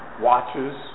watches